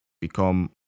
become